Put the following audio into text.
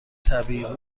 طبیعی